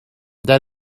that